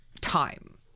time